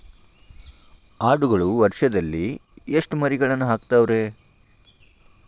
ಆಡುಗಳು ವರುಷದಲ್ಲಿ ಎಷ್ಟು ಮರಿಗಳನ್ನು ಹಾಕ್ತಾವ ರೇ?